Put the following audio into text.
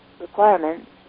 requirements